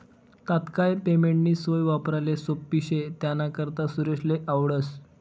तात्काय पेमेंटनी सोय वापराले सोप्पी शे त्यानाकरता सुरेशले आवडस